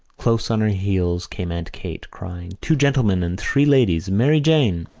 close on her heels came aunt kate, crying two gentlemen and three ladies, mary jane!